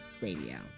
radio